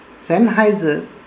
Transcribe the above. Sennheiser